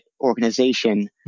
organization